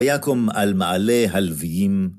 ויקום על מעלה הלויים.